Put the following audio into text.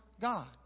God